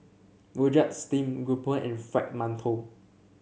rojak Steamed Grouper and Fried Mantou